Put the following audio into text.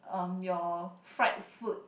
um your fried food